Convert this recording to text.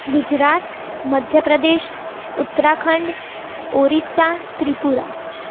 Gujarat Madhya Pradesh Uttarakhand Odisha Tripura